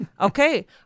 Okay